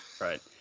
Right